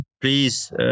please